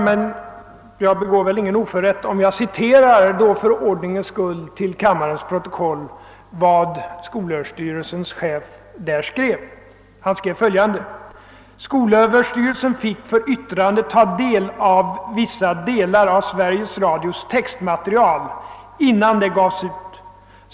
Men jag begår väl ingen oförrätt om jag för ordningens skull citerar till kammarens protokoll vad skolöverstyrelsens chef där skrev: »Sö fick för yttrande ta del av vissa delar av Sveriges Radios textmaterial innan det gavs ut.